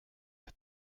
mit